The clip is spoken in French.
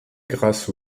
grâce